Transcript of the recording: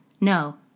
No